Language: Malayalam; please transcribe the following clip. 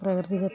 പ്രകൃതിദത്ത